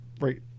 right